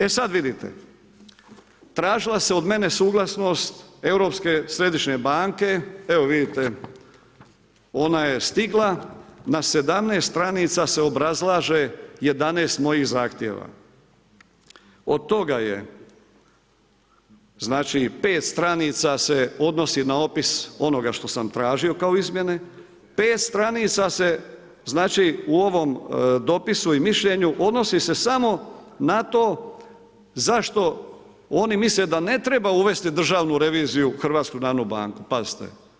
E sada vidite, tražila se od mene suglasnost Europske središnje banke, evo vidite ona je stigla na 17 str. se obrazlaže 11 mojih zahtjeva, od toga je znači 5 str. se odnosi na opis onoga što sam tražio kao izmjene, 5 str. se znači u ovom dopisu i mišljenju odnosi se samo na to, zašto oni misle da ne treba uvesti državnu reviziju u HNB, pazite.